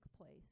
place